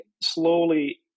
slowly